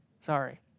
Sorry